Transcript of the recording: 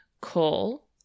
call